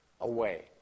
away